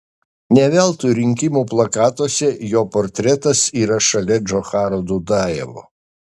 ne veltui rinkimų plakatuose jo portretas yra šalia džocharo dudajevo